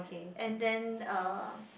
and then uh